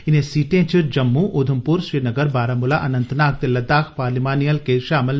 इनें सीटें च जम्मू उधमपुर श्रीनगर बारामूला अनंतनाग ते लद्दाख पार्लिमानी हलके षामल